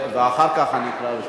ולאחר מכן אני אקרא בשמותיכם.